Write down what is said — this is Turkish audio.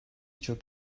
çok